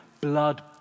blood